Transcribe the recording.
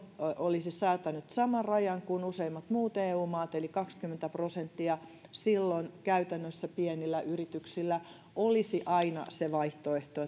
olisi säätänyt saman rajan kuin useimmat muut eu maat eli kaksikymmentä prosenttia silloin käytännössä pienillä yrityksillä olisi aina se vaihtoehto